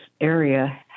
area